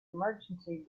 emergency